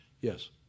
Yes